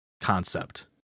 concept